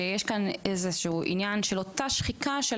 שיש כאן איזשהו עניין של אותה שחיקה של